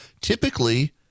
Typically